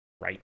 right